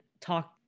talk